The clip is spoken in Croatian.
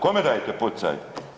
Kome dajete poticaj?